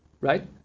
right